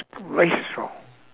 disgraceful